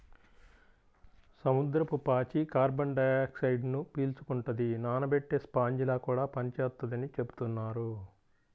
సముద్రపు పాచి కార్బన్ డయాక్సైడ్ను పీల్చుకుంటది, నానబెట్టే స్పాంజిలా కూడా పనిచేత్తదని చెబుతున్నారు